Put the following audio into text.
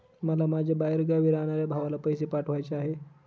मला माझ्या बाहेरगावी राहणाऱ्या भावाला पैसे पाठवायचे आहे